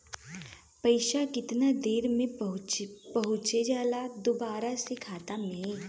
पैसा कितना देरी मे पहुंचयला दोसरा के खाता मे?